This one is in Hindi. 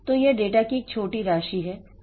तो यह डेटा की एक छोटी राशि है